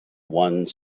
one